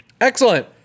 excellent